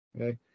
Okay